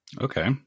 Okay